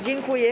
Dziękuję.